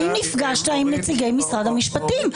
האם נפגשת עם נציגי משרד המשפטים?